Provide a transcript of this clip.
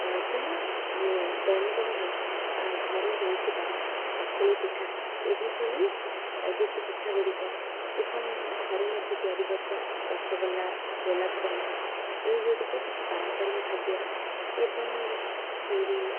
କିମ୍ବା ଦୈନିକ ଭାବେ ଘରେ ହେଉଥିବା ଚକୁଳି ପିଠା ଏହିଭଳି କିଛି ପିଠାଗୁଡ଼ିକ ଏବଂ ଘରେ ମଧ୍ୟ ତିଆରି କରୁଥିବା ରସଗୋଲା ଗୋଲାପଜାମୁନ୍ ଏଇ ଗୁଡ଼ିକ କିଛି ପାରମ୍ପାରିକ ଖାଦ୍ୟ ଏବଂ ଖିରି